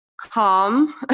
Calm